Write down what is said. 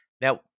Now